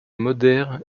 moder